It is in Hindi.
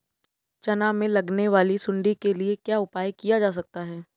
चना में लगने वाली सुंडी के लिए क्या उपाय किया जा सकता है?